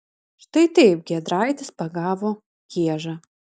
štai taip giedraitis pagavo kiežą